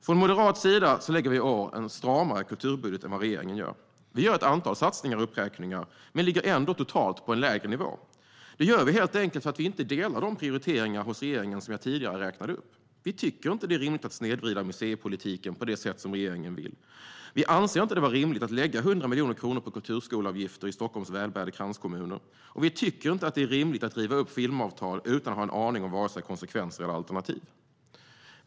Från moderat sida lägger vi i år fram en stramare kulturbudget än vad regeringen gör. Vi gör ett antal satsningar och uppräkningar, men vi ligger ändå totalt på en lägre nivå. Det gör vi helt enkelt för att vi inte delar de prioriteringar hos regeringen som jag tidigare räknade upp. Vi tycker inte att det är rimligt att snedvrida museipolitiken på det sätt som regeringen vill, vi anser det inte vara rimligt att lägga 100 miljoner kronor på kulturskoleavgifter i Stockholms välbärgade kranskommuner och vi tycker inte att det är rimligt att riva upp filmavtal utan att ha en aning om vare sig konsekvenser eller alternativ.